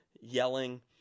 yelling